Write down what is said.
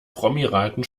promiraten